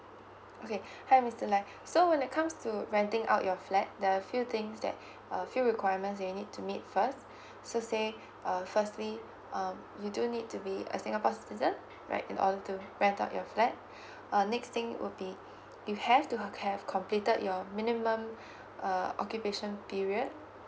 okay hi mister lai so when it comes to renting out your flat there are few things that uh few requirement that you need to meet first so say uh firstly um you do need to be a singapore' citizen right in order to rent out your flat uh next thing would be you have to have completed your minimum err occupation period